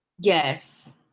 yes